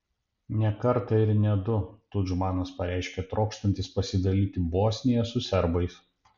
ne kartą ir ne du tudžmanas pareiškė trokštantis pasidalyti bosniją su serbais